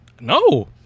No